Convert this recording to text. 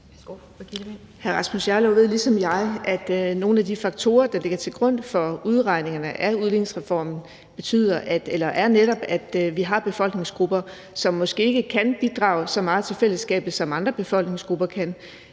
Hr. Rasmus Jarlov ved ligesom mig, at nogle af de faktorer, der ligger til grund for udregningerne af udligningsreformen, netop er, at vi har befolkningsgrupper, som måske ikke kan bidrage meget til fællesskabet, som andre befolkningsgrupper kan.